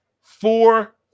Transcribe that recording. four